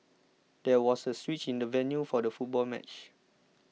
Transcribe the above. there was a switch in the venue for the football match